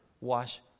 wash